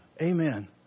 Amen